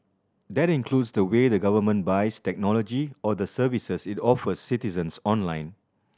that includes the way the government buys technology or the services it offers citizens online